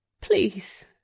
Please